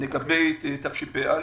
לגבי תשפ"א,